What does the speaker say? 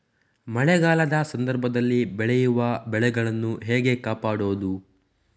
ಮಳೆಗಾಲದ ಸಂದರ್ಭದಲ್ಲಿ ಬೆಳೆಯುವ ಬೆಳೆಗಳನ್ನು ಹೇಗೆ ಕಾಪಾಡೋದು?